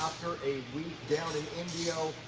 a week down in indio,